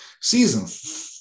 season